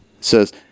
says